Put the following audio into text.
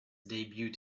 debut